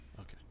Okay